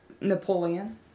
Napoleon